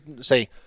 say